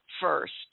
first